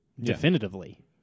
definitively